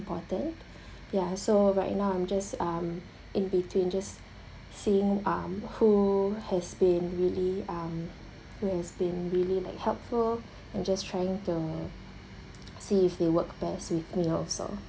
important ya so right now I'm just um in between just seeing um who has been really um who has been really like helpful and just trying to see if they work best with me also